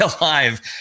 alive